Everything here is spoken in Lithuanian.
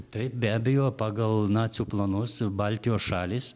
taip be abejo pagal nacių planus baltijos šalys